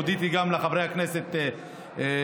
הודיתי גם לחברי הכנסת פטין,